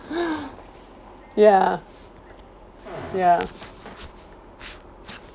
ya ya